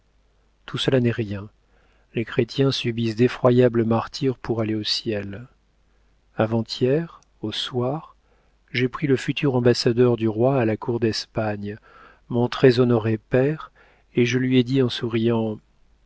tout cela n'est rien les chrétiens subissent d'effroyables martyres pour aller au ciel avant-hier au soir j'ai pris le futur ambassadeur du roi à la cour d'espagne mon très honoré père et je lui ai dit en souriant